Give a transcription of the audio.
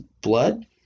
blood